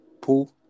pool